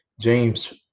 James